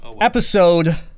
episode